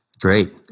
great